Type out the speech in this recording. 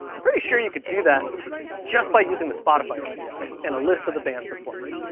i'm pretty sure you could do that just by using the spotify api, and a list of the bands performing.